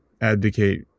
advocate